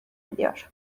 ediyor